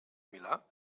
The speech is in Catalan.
milà